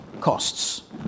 costs